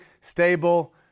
stable